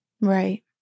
Right